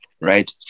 right